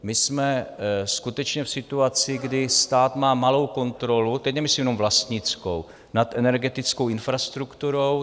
My jsme skutečně v situaci, kdy stát má malou kontrolu, teď nemyslím jenom vlastnickou, nad energetickou infrastrukturou.